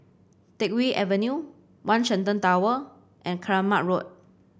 Teck Whye Avenue One Shenton Tower and Keramat Road